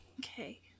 Okay